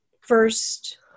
first